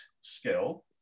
skill